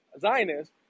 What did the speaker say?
Zionist